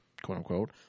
quote-unquote